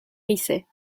risset